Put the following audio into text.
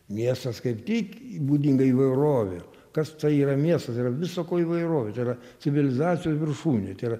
miestas kaip tik būdinga įvairovė kas tai yra miestas yra visa ko įvairovė tai yra civilizacijos viršūnė tai yra